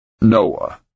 Noah